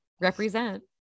represent